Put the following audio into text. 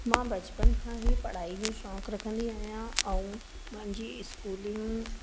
मां बचपन खां ई पढ़ाई में शौक़ु रखंदी आहियां ऐं मुंहिंजी स्कूलिंग